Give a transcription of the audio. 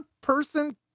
person